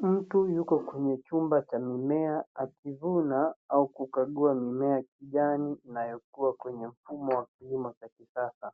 Mtu yuko kwenye chumba cha mimea akivuna au kukagua mimea kijani inayokua kwenye mfumo wa kilimo cha kisasa.